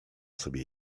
sobie